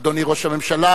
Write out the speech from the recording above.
אדוני ראש הממשלה,